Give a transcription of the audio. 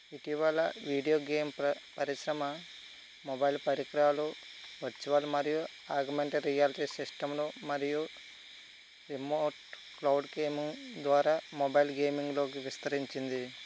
ఇటీవల video game పరిశ్రమ mobile పరికరాలు వర్చ్యువల్ మరియు ఆగమంటి రియాల్టీ సిస్టమ్ను మరియు రిమోట్ క్లౌడ్ గేమ్ ద్వారా మొబైల్ గేమింగ్లోకి విస్తరించింది